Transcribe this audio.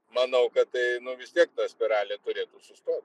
manau kad tai vis tiek ta spiralė turėtų sustot